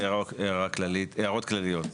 הערות כלליות.